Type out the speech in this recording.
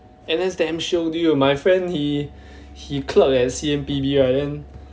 N_S damn shiok dude you my friend he he clerk at C_M_B_P right then